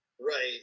Right